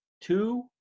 two